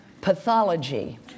pathology